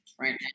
right